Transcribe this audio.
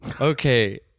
okay